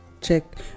check